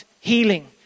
healing